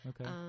Okay